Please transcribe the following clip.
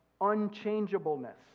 unchangeableness